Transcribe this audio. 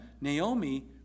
Naomi